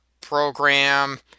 program